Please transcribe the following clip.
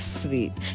sweet